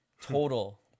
total